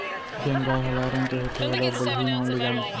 जेन गाय ह लाल रंग के होथे ओला बलही नांव ले जानथें